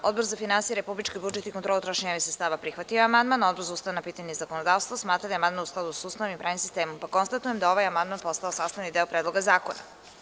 Odbor za finansije, republički budžet i kontrolu trošenja javnih sredstava, prihvatio je amandman, a Odbor za ustavna pitanja i zakonodavstvo smatra da je amandman u skladu sa Ustavom i pravnim sistemom, pa konstatujem da je ovaj amandman postao sastavni deo Predloga zakona.